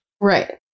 Right